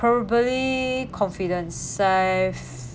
probably confidence I've